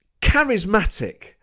charismatic